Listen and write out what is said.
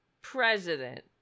president